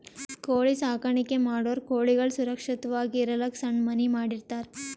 ಕೋಳಿ ಸಾಕಾಣಿಕೆ ಮಾಡೋರ್ ಕೋಳಿಗಳ್ ಸುರಕ್ಷತ್ವಾಗಿ ಇರಲಕ್ಕ್ ಸಣ್ಣ್ ಮನಿ ಮಾಡಿರ್ತರ್